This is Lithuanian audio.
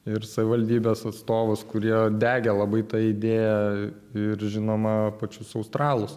ir savivaldybės atstovus kurie degė labai ta idėja ir žinoma pačius australus